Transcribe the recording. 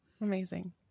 Amazing